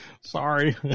Sorry